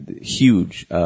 huge